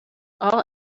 all